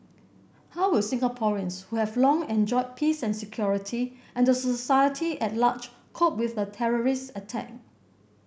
how will Singaporeans who have long enjoyed peace and security and the society at large cope with a terrorist attack